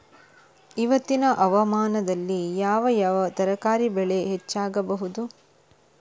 ಇವತ್ತಿನ ಹವಾಮಾನದಲ್ಲಿ ಯಾವ ಯಾವ ತರಕಾರಿ ಬೆಳೆ ಹೆಚ್ಚಾಗಬಹುದು?